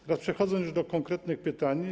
Teraz przechodzę do konkretnych pytań.